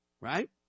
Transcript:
Right